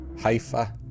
haifa